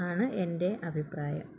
ആണ് എന്റെ അഭിപ്രായം